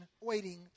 waiting